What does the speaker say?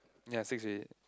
ya six already